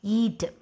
eat